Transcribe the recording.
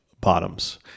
bottoms